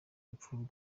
urupfu